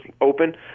open